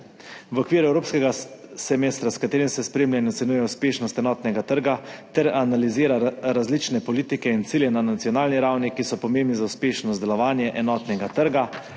V okviru evropskega semestra, s katerim se spremlja in ocenjuje uspešnost enotnega trga ter analizira različne politike in cilje na nacionalni ravni, ki so pomembni za uspešnost delovanja enotnega trga,